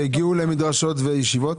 שהגיעו למדרשות וישיבות?